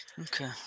Okay